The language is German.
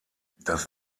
das